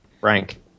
Rank